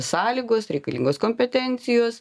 sąlygos reikalingos kompetencijos